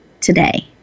today